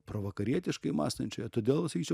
provakarietiškai mąstančioje todėl sakyčiau